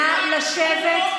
נא לשבת.